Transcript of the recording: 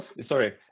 Sorry